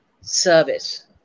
service